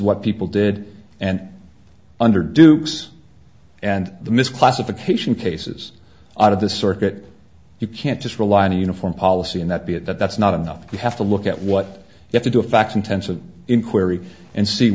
what people did and under duke's and the misclassification cases out of the circuit you can't just rely on a uniform policy and that be it that's not enough you have to look at what you have to do a fact intensive inquiry and see